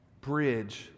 bridge